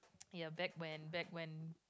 ya back when back when